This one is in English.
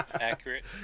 Accurate